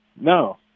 No